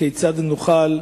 כיצד נוכל,